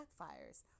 backfires